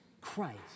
Christ